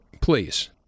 please